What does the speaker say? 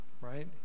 right